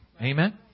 amen